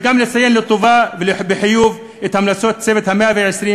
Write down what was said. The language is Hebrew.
וגם לציין לטובה ולחיוב את המלצות "צוות 120 הימים",